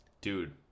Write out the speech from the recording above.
Dude